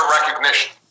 recognition